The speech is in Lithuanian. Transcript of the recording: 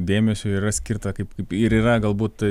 dėmesio yra skirta kaip kaip ir yra galbūt